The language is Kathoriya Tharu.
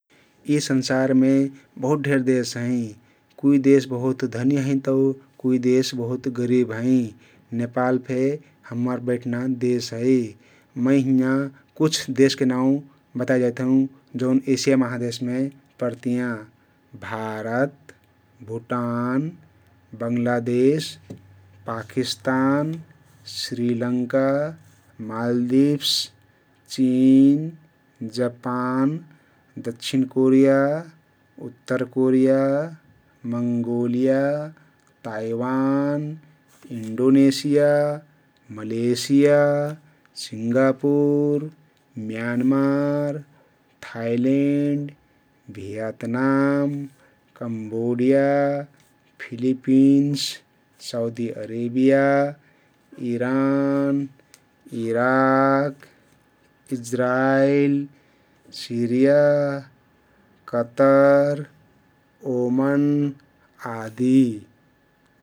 यी संसारमे बहुत ढेर देश हँइ । कुइ देश बहुत धनी हइँ तउ कुइ देश बहुत गरिब हइँ । नेपाल फे हम्मर बैठ्ना देश हइ । मै हिंया कुछ देशके नाउँ बताइ जाइत हउँ जउन एशिया महादेशमे परतियाँ । भारत, भुटान, बङ्गला देश, पाकिस्तान, श्रीलंका, मालदिभस, चिन, जापान, दक्षिण कोरिया, उत्तर Korea, Mongolia, Taiwan, Indonesia, Malaysia, Singapore, Myanmar, Thailand, Vietnam, Cambodia, Philippines, Saudi Arabia, Iran, Iraq, Israel, Syria, Qatar, ओमन आदि ।